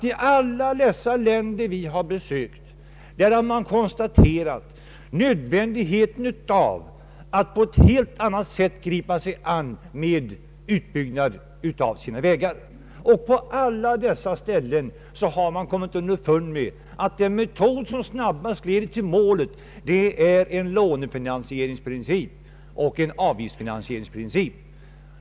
I alla de länder vi besökt har man konstaterat nödvändigheten av att på ett helt annat sätt än vi här hemma gripa sig an med utbyggnaden av sina vägar. I alla dessa länder har man kommit underfund med att den metod som snabbast leder till målet är en lånefinansieringsprincip och en avgiftsfinansieringsprincip.